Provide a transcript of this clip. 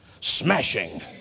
smashing